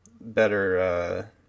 better